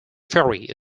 ferry